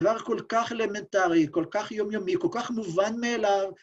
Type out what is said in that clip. דבר כל כך אלמנטרי, כל כך יומיומי, כל כך מובן מאליו.